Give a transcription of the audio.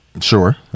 sure